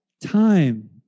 time